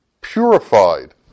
purified